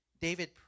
David